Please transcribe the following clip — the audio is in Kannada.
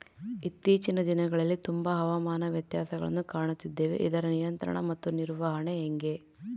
ಇತ್ತೇಚಿನ ದಿನಗಳಲ್ಲಿ ತುಂಬಾ ಹವಾಮಾನ ವ್ಯತ್ಯಾಸಗಳನ್ನು ಕಾಣುತ್ತಿದ್ದೇವೆ ಇದರ ನಿಯಂತ್ರಣ ಮತ್ತು ನಿರ್ವಹಣೆ ಹೆಂಗೆ?